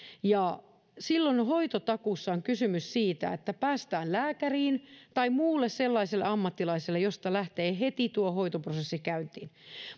ja silloin hoitotakuussa on kysymys siitä että päästään lääkäriin tai muulle sellaiselle ammattilaiselle josta lähtee heti tuo hoitoprosessi käyntiin